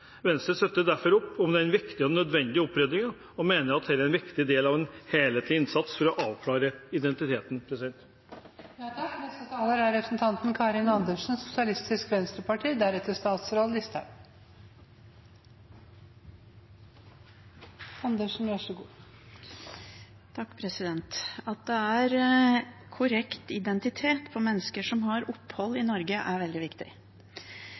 Venstre støtter derfor opp om den viktige og nødvendige oppryddingen, og mener at dette er en viktig del av den helhetlige innsatsen for å avklare identitet. At mennesker som har opphold i Norge har korrekt identitet, er veldig viktig.